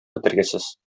бетергесез